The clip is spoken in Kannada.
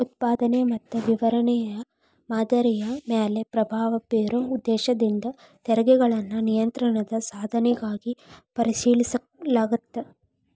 ಉತ್ಪಾದನೆ ಮತ್ತ ವಿತರಣೆಯ ಮಾದರಿಯ ಮ್ಯಾಲೆ ಪ್ರಭಾವ ಬೇರೊ ಉದ್ದೇಶದಿಂದ ತೆರಿಗೆಗಳನ್ನ ನಿಯಂತ್ರಣದ ಸಾಧನಗಳಾಗಿ ಪರಿಗಣಿಸಲಾಗ್ತದ